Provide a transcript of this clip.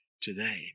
today